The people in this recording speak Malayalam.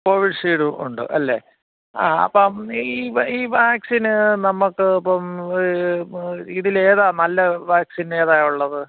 കോവിൻഷീൽഡ് ഉണ്ട് അല്ലേ ആ അപ്പം ഈ ഈ വാക്സിന് നമ്മൾക്ക് ഇപ്പം ഇതിലേതാ നല്ല വാക്സിനേതാ ഉള്ളത്